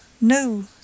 No